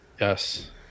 Yes